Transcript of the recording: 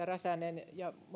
räsänen ja